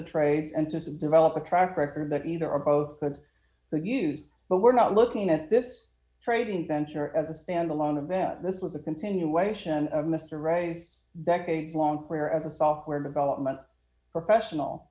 the trades and to develop a track record that either or both could use but we're not looking at this trading venture as a standalone event this was a continuation of mr rice decades long career as a software development professional